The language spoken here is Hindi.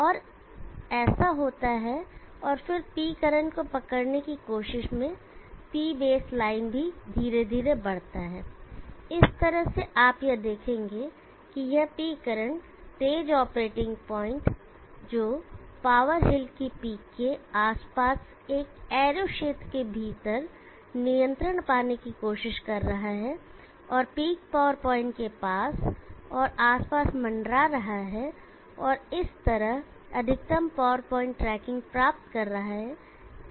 और ऐसा होता है और फिर P करंट को पकड़ने की कोशिश में P बेस लाइन भी धीरे धीरे बढ़ता है और इस तरह से आप देखेंगे कि यह P करंट तेज ऑपरेटिंग पॉइंट जो पावर हिल की पीक के आसपास एक एरो क्षेत्र के भीतर नियंत्रण पाने की कोशिश कर रहा है और पीक पॉवर पॉइंट के पास और आसपास मंडरा रहा है और इस तरह अधिकतम पॉवर पॉइंट ट्रैकिंग प्राप्त कर रहा है